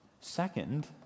Second